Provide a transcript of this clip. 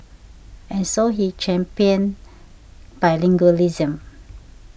and so he championed bilingualism